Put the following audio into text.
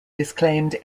disclaimed